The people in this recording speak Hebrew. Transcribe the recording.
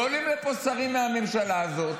ועולים לפה שרים מהממשלה הזאת,